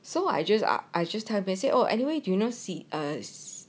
so I just ah I just have basic oh anyway do you know see um see